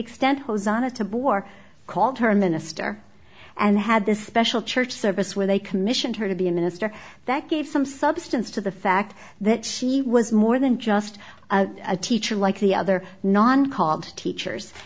extent hosanna to bore called her a minister and had this special church service where they commissioned her to be a minister that gave some substance to the fact that she was more than just a teacher like the other non called teachers